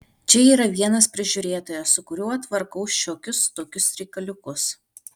čia yra vienas prižiūrėtojas su kuriuo tvarkau šiokius tokius reikaliukus